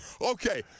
Okay